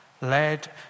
led